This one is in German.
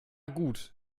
gut